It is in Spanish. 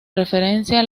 referencia